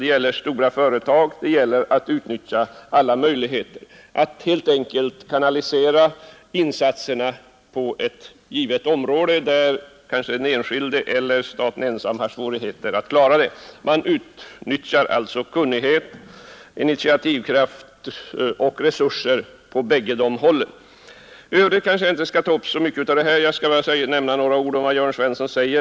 Det har då gällt stora företag, och det har gällt att utnyttja alla möjligheter, att helt enkelt kanalisera insatserna på ett givet område där ett enskilt företag eller staten kanske har haft svårigheter att ensamma klara det. Man har därigenom utnyttjat kunnighet, initiativkraft och resurser på bägge hållen. I övrigt skall jag bara ta upp ett uttalande av Jörn Svensson.